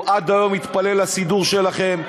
הוא עד היום מתפלל לסידור שלכם.